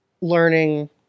learning